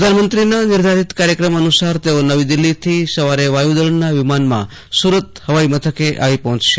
પ્રધાનમંત્રીના નિધારિત કાર્યક્રમ અનુસાર તેઓ નવી દિલ્હીથી સવારે વાયુદળના વિમાનમાં સુરત હવાઈ મથકે આવી પહોંચશે